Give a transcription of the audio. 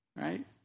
right